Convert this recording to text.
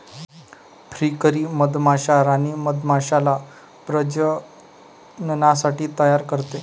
फ्रीकरी मधमाश्या राणी मधमाश्याला प्रजननासाठी तयार करते